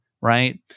right